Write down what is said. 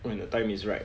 when the time is right